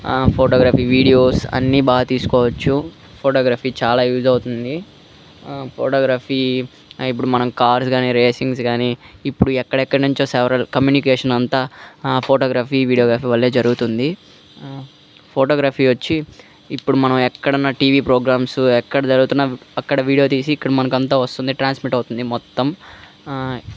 photography videos అన్ని బాగా తీసుకోవచ్చు ఫోటోగ్రఫీ చాలా యూస్ అవుతుంది ఫోటోగ్రఫీ ఇప్పుడు మనం కార్స్ కానీ రేసింగ్స్ కానీ ఇప్పుడు ఎక్కడ ఎక్కడ నుంచో సేవరల్ కమ్యూనికేషన్ అంతా ఫోటోగ్రఫీ వీడియోగ్రఫి వల్లే జరుగుతుంది ఫోటోగ్రఫీ వచ్చి ఇప్పుడు మనం ఎక్కడున్న టీవీ ప్రోగ్రామ్స్ ఎక్కడ జరుగుతున్న అక్కడ వీడియో తీసి ఇక్కడ మనకు అంతా వస్తుంది ట్రాన్స్మీట్ అవుతుంది మొత్తం